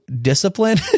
discipline